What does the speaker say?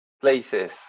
places